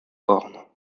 horn